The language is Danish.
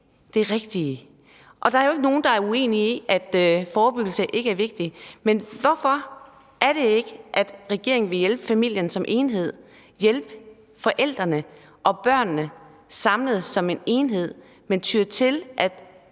det rigtige. Og der er jo ikke nogen, der er uenige i, at forebyggelse er vigtig, men hvorfor er det, at regeringen ikke vil hjælpe familien som enhed, hjælpe forældrene og børnene samlet som en enhed, men siger, at